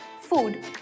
food